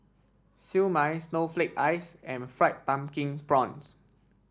Siew Mai Snowflake Ice and Fried Pumpkin Prawns